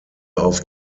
auf